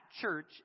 church